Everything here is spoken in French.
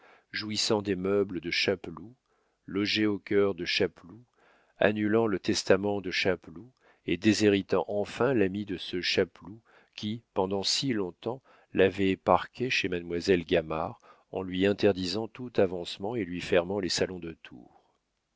jouissant des meubles de chapeloud logé au cœur de chapeloud annulant le testament de chapeloud et déshéritant enfin l'ami de ce chapeloud qui pendant si long-temps l'avait parqué chez mademoiselle gamard en lui interdisant tout avancement et lui fermant les salons de tours